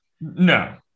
no